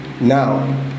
now